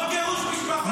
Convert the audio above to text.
חוק גירוש משפחות.